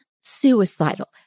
suicidal